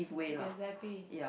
exactly